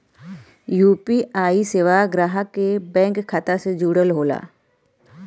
UPI सेवा ग्राहक के बैंक खाता से जुड़ल होला